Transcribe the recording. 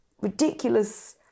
ridiculous